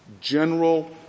General